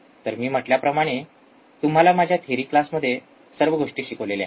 तर मी म्हटल्याप्रमाणे तुम्हाला माझ्या थेरी क्लासमध्ये सर्व गोष्टी शिकवलेले आहेत